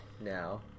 now